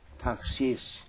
taxis